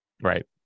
Right